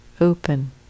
Open